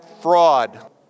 fraud